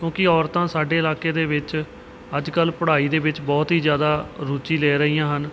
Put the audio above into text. ਕਿਉਂਕਿ ਔਰਤਾਂ ਸਾਡੇ ਇਲਾਕੇ ਦੇ ਵਿੱਚ ਅੱਜ ਕੱਲ੍ਹ ਪੜ੍ਹਾਈ ਦੇ ਵਿੱਚ ਬਹੁਤ ਹੀ ਜ਼ਿਆਦਾ ਰੁਚੀ ਲੈ ਰਹੀਆਂ ਹਨ